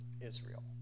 Israel